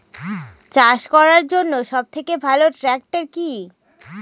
চাষ করার জন্য সবথেকে ভালো ট্র্যাক্টর কি?